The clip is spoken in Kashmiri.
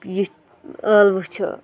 یہِ ٲلوٕ چھِ